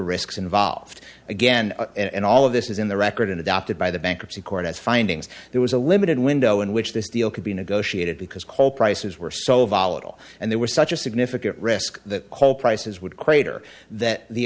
risks involved again and all of this is in the record in adopted by the bankruptcy court as findings there was a limited window in which this deal could be negotiated because coal prices were so volatile and there were such a significant risk that coal prices would crater that the